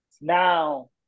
Now